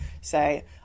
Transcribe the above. say